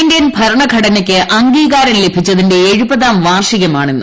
Indian ഭരണഘടനയ്ക്ക് അംഗീകാരം ലഭിച്ചതിന്റെ എഴുപതാം വാർഷികമാണ് ഇന്ന്